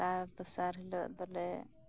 ᱛᱟᱨ ᱫᱚᱥᱟᱨ ᱦᱤᱞᱳᱜ ᱫᱚ ᱞᱮ